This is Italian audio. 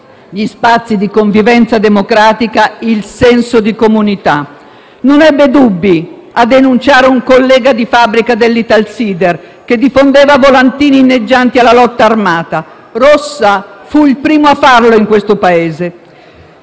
gli spazi di convivenza democratica, il senso di comunità. Non ebbe dubbi a denunciare un collega di fabbrica dell'Italsider, che diffondeva volantini inneggianti alla lotta armata: Rossa fu il primo a farlo in questo Paese.